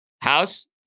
House